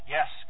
Yes